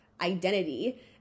identity